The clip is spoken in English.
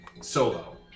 Solo